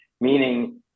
meaning